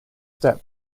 step